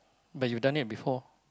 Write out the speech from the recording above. but you done it before